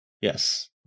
Yes